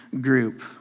group